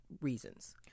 reasons